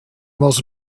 most